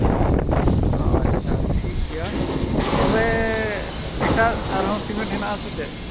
ᱚᱸᱻ ᱟᱪᱷᱟ ᱴᱷᱤᱠ ᱜᱮᱭᱟ ᱛᱚᱵᱮ ᱮᱴᱟᱜ ᱟᱨᱦᱚᱸ ᱥᱤᱢᱮᱴ ᱦᱮᱱᱟᱜ ᱟᱥᱮ ᱪᱮᱫ